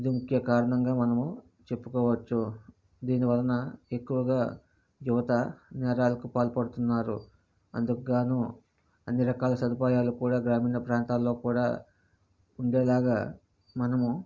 ఇది ముఖ్య కారణంగా మనము చెప్పుకోవచ్చు దీనివలన ఎక్కువగా యువత నేరాలకు పాల్పడుతున్నారు అందుకుగాను అన్ని రకాల సదుపాయాలు కూడా గ్రామీణ ప్రాంతాల్లో కూడా ఉండేలాగా మనము